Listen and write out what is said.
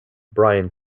brian